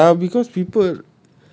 ya because people